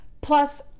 plus